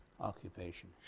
occupation